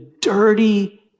dirty